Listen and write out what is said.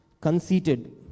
conceited